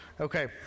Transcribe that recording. Okay